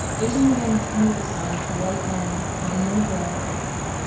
asian women tend to respond to white men over men of their own race.